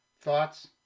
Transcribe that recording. thoughts